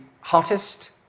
hottest